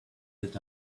that